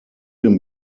den